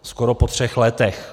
Skoro po třech letech.